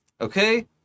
Okay